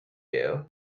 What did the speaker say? you